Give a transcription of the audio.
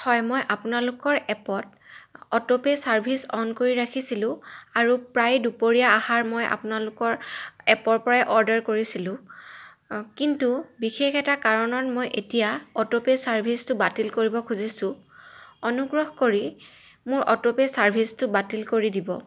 হয় মই আপোনালোকৰ এপত অ'টোপে' ছাৰ্ভিচ অন কৰি ৰাখিছিলোঁ আৰু প্ৰায় দুপৰীয়া আহাৰ মই আপোনালোকৰ এপৰ পৰাই অৰ্ডাৰ কৰিছিলোঁ কিন্তু বিশেষ এটা কাৰণত মই এতিয়া অ'টোপে ছাৰ্ভিচটো বাতিল কৰিব খুজিছোঁ অনুগ্ৰহ কৰি মোৰ অ'টোপে ছাৰ্ভিচটো বাতিল কৰি দিব